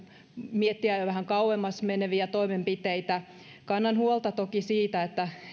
miettiä jo vähän kauemmas meneviä toimenpiteitä kannan huolta toki siitä että